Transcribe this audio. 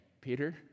Peter